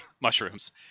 mushrooms